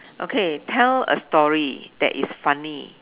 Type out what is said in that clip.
okay tell a story that is funny